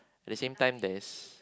at the same time there's